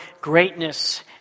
greatness